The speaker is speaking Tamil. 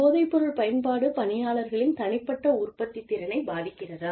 இந்த போதைப்பொருள் பயன்பாடு பணியாளர் களின் தனிப்பட்ட உற்பத்தித்திறனைப் பாதிக்கிறதா